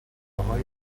انتهای